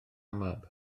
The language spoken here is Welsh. mab